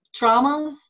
traumas